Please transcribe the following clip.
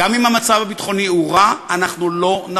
גם אם המצב הביטחוני הוא רע,